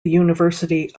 university